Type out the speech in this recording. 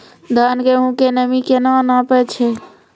धान, गेहूँ के नमी केना नापै छै?